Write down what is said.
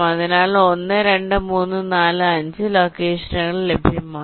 അതിനാൽ 1 2 3 4 5 ലൊക്കേഷനുകൾ ലഭ്യമാണ്